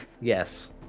Yes